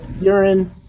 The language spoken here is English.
urine